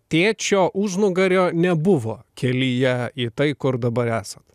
tėčio užnugario nebuvo kelyje į tai kur dabar esat